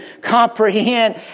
comprehend